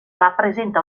rappresenta